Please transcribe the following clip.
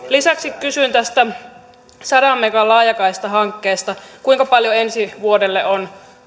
lisäksi kysyn tästä sadan megan laajakaistahankkeesta kuinka paljon ensi vuodelle on